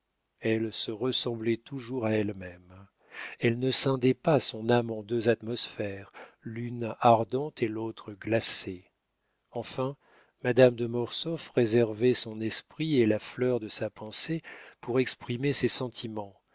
elle se ressemblait toujours à elle-même elle ne scindait pas son âme en deux atmosphères l'une ardente et l'autre glacée enfin madame de mortsauf réservait son esprit et la fleur de sa pensée pour exprimer ses sentiments